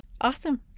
Awesome